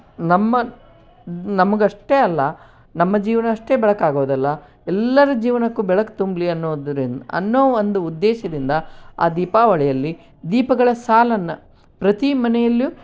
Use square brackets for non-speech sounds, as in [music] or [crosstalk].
ನಮ್ಮ [unintelligible] ನಮಗಷ್ಟೇ ಅಲ್ಲ ನಮ್ಮ ಜೀವನ ಅಷ್ಟೇ ಬೆಳಕಾಗೋದಲ್ಲ ಎಲ್ಲರ ಜೀವನಕ್ಕೂ ಬೆಳಕು ತುಂಬಲಿ ಅನ್ನೋದ್ರಿಂದ ಅನ್ನೋ ಒಂದು ಉದ್ದೇಶದಿಂದ ಆ ದೀಪಾವಳಿಯಲ್ಲಿ ದೀಪಗಳ ಸಾಲನ್ನು ಪ್ರತೀ ಮನೆಯಲ್ಲೂ